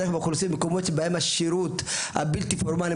מאוכלוסיות במקומות בהם יש פחות שירות בלתי פורמלי,